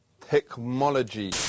technology